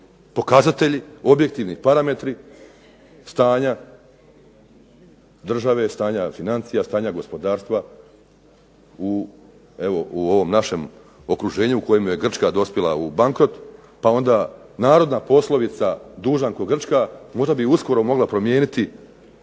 pokazatelji, objektivni parametri stanja države, stanja financija, stanja gospodarstva u ovom našem okruženju u kojemu je Grčka dospjela u bankrot. Pa onda narodna poslovica: "Dužan ko Grčka" možda bi uskoro mogla promijeniti